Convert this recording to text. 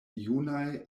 junaj